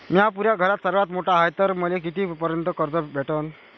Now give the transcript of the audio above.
म्या पुऱ्या घरात सर्वांत मोठा हाय तर मले किती पर्यंत कर्ज भेटन?